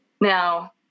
Now